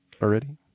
already